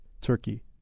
Turkey